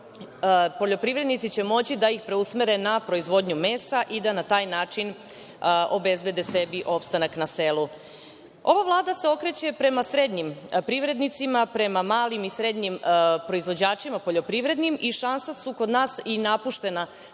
poljoprivrednici moći da preusmere na proizvodnju mesa i da na taj način obezbede sebi opstanak na selu. Ova Vlada se okreće prema srednjim privrednicima, prema malim i srednjim proizvođačima, poljoprivrednim i šansa su kod nas i napuštena